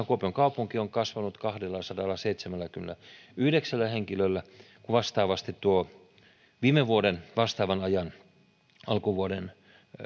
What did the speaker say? kuopion kaupunki on kasvanut kahdellasadallaseitsemälläkymmenelläyhdeksällä henkilöllä kun vastaavasti viime vuoden vastaavan ajan alkuvuoden